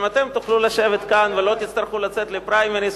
גם אתם תוכלו לשבת כאן ולא תצרכו לצאת לפריימריס,